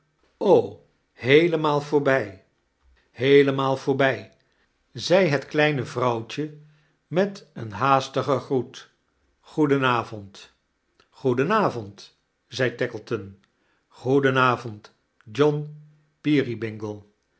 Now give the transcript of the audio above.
heelemaal voorbij heelemaal kerstvebt ellingen voorbij i zei het kleine vrouwtje met een haastigen groet goeden avond goeden avond zei tackleton goeden avond john